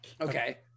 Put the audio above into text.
okay